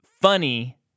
funny